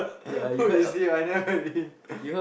who is he I never met with him